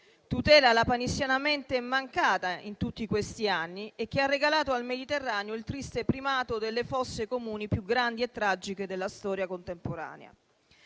tutela lapalissianamente mancata in tutti questi anni e che ha regalato al Mediterraneo il triste primato di fossa comune più grande e tragica della storia contemporanea.